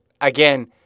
Again